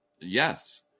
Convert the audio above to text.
Yes